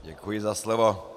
Děkuji za slovo.